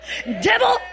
devil